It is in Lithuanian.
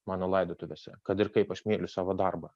mano laidotuvėse kad ir kaip aš myliu savo darbą